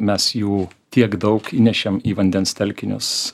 mes jų tiek daug įnešėm į vandens telkinius